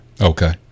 Okay